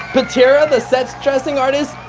pitera the sets dressing artist,